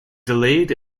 delayed